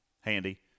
Handy